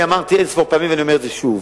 אמרתי אין-ספור פעמים ואני אומר שוב: